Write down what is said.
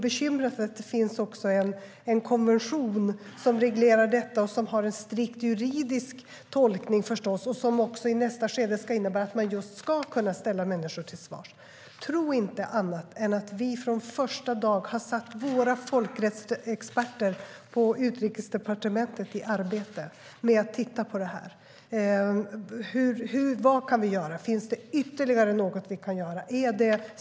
Bekymret är att det finns en konvention som reglerar detta och som förstås har en strikt juridisk tolkning, vilket innebär att man i nästa skede ska kunna ställa människor till svars. Tro inte annat än att vi från första dag har satt våra folkrättsexperter på Utrikesdepartementet i arbete med att titta på det här: Vad kan vi göra? Finns det ytterligare något som vi kan göra?